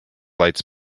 lights